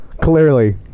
clearly